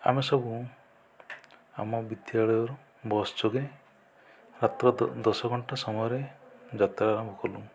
ଆମେ ସବୁ ଆମ ବିଦ୍ୟାଳୟ ବସ୍ ଯୋଗେ ମାତ୍ର ଦଶ ଘଣ୍ଟା ସମୟରେ ଯାତ୍ରା ଆରମ୍ଭ କଲୁ